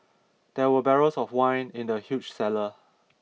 there were barrels of wine in the huge cellar